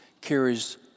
carries